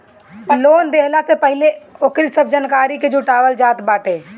loan देहला से पहिले ओकरी सब जानकारी के जुटावल जात बाटे